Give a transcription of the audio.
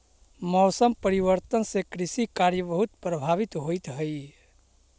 मौसम परिवर्तन से कृषि कार्य बहुत प्रभावित होइत हई